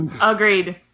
Agreed